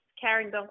Karen